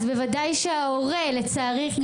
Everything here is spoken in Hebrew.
(אומרת דברים בשפת הסימנים,